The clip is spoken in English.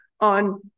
on